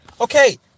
Okay